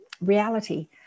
reality